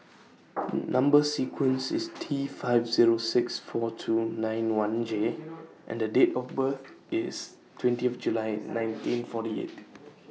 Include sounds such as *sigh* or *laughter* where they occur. *noise* Number sequence IS T five Zero six four two nine one J and The Date of birth IS twentieth July nineteen forty eight